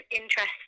interest